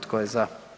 Tko je za?